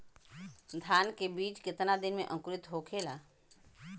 धान के बिज कितना दिन में अंकुरित होखेला?